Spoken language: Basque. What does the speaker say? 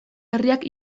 herriak